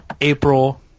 April